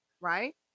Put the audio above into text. Right